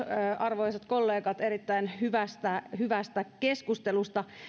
arvoisat kollegat erittäin hyvästä hyvästä keskustelusta